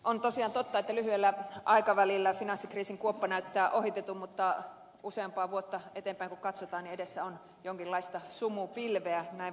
on tosiaan totta että lyhyellä aikavälillä finanssikriisin kuoppa näyttää ohitetun mutta kun useampaa vuotta eteenpäin katsotaan niin edessä on jonkinlaista sumupilveä näin voi sanoa